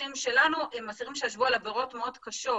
המפוקחים שלנו הם אסירים שישבו על עבירות מאוד קשות.